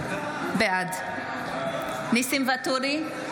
בעד ניסים ואטורי,